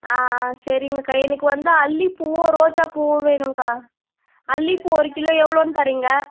ஆ ஆ சரிங்கக்கா எனக்கு வந்து அல்லி பூவும் ரோஜாப்பூவும் வேணுங்கக்கா அல்லி பூ ஒரு கிலோ எவ்வளோன்னு தரீங்க